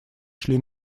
шли